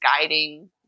guiding